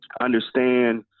understand